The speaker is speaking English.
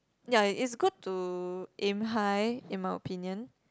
ya it's good to aim high in my opinion